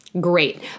great